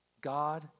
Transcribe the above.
God